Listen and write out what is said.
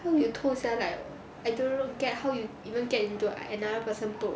how you 偷 sia like I don't know get how you even get into another person boat